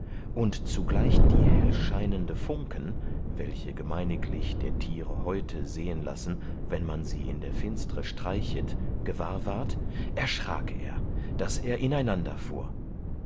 und zugleich die hellscheinende funken welche gemeiniglich der tiere häute sehen lassen wann man sie in der finstre streichet gewahr ward erschrak er daß er ineinanderfuhr